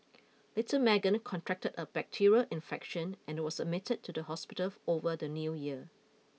little Meagan contracted a bacterial infection and was admitted to the hospital over the new year